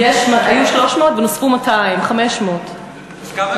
היו 300 ונוספו 200. 500. אז כמה,